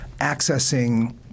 accessing